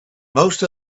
most